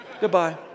Goodbye